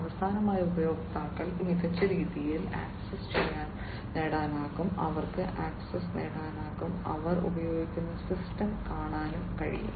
അവസാനമായി ഉപയോക്താക്കൾക്ക് മികച്ച രീതിയിൽ ആക്സസ് നേടാനാകും അവർക്ക് ആക്സസ് നേടാനും അവർ ഉപയോഗിക്കുന്ന സിസ്റ്റം കാണാനും കഴിയും